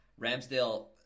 Ramsdale